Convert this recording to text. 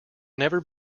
never